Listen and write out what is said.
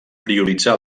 prioritzar